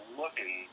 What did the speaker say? looking